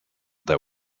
that